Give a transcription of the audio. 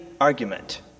argument